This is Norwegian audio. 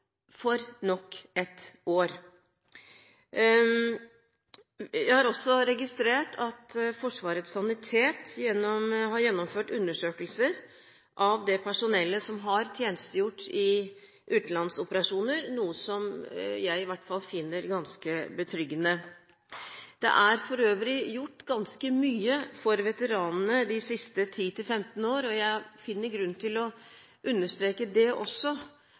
i nok et år. Jeg har registrert at Forsvarets sanitet har gjennomført undersøkelser av det personellet som har tjenestegjort i utenlandsoperasjoner, noe som i hvert fall jeg finner ganske betryggende. Det er for øvrig gjort ganske mye for veteranene de siste 10–15 år. Jeg finner grunn til å understreke også det.